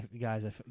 Guys